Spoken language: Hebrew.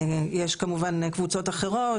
יש כמובן קבוצות אחרות,